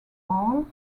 marl